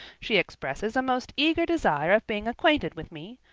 she expresses a most eager desire of being acquainted with me,